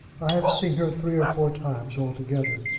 i have seen her three or four times altogether.